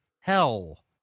hell